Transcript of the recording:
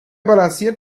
balanciert